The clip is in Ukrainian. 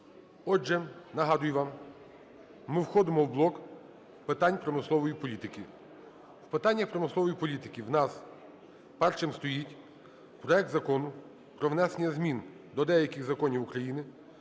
Отже, нагадую вам, ми входимо в блок питань промислової політики. В питаннях промислової політики у нас першим стоїть проект Закону про внесення змін до деяких законів України